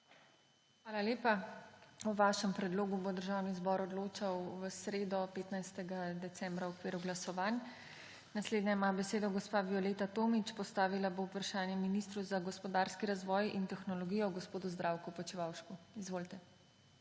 Hvala lepa. O vašem predlogu bo Državni zbor odločal v sredo, 15. decembra v okviru glasovanj. Naslednja ima besedo gospa Violeta Tomić. Postavila bo vprašanje ministru za gospodarski razvoj in tehnologijo gospodu Zdravku Počivalšku. Izvolite.